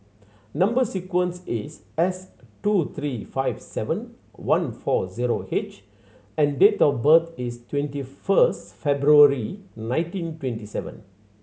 number sequence is S two three five seven one four zero H and date of birth is twenty first February nineteen twenty seven